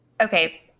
okay